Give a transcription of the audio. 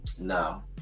No